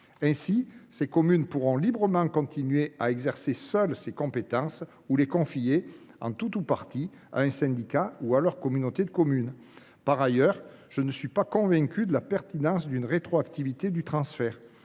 Ainsi, ces communes pourront librement choisir soit de continuer à exercer seules ces compétences, soit de les confier, en tout ou partie, à un syndicat ou à leur communauté de communes. Par ailleurs, je ne suis pas convaincu de la pertinence d’une rétroactivité des transferts